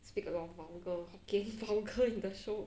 speak a lot of vulgar hokkien vulgar in the show